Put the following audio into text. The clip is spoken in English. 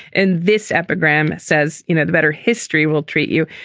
and this epigram says, you know, the better history will treat you.